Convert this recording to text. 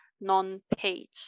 non-paid